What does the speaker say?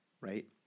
right